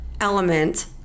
element